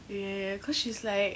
ya cause she's like